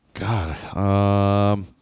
God